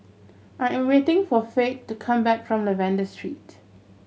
I am waiting for Faith to come back from Lavender Street